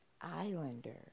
Islander